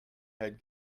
had